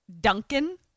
Duncan